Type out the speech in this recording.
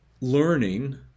learning